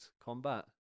combat